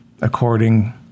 according